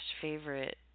favorite